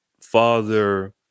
father